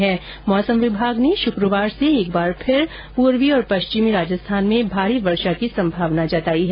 इस बीच मौसम विभाग ने शुक्रवार से एक बार फिर पूर्वी और पश्चिमी राजस्थान में भारी वर्षा होने की संभावना व्यक्त की है